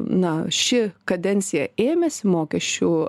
na ši kadencija ėmėsi mokesčių